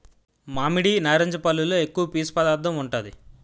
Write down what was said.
మామిడి, నారింజ పల్లులో ఎక్కువ పీసు పదార్థం ఉంటాది